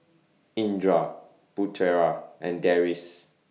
Indra Putera and Deris